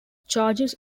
charges